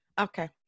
Okay